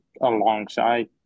alongside